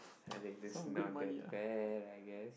I think this's not that bad I guess